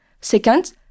Second